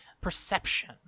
perception